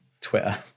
twitter